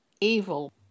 evil